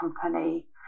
company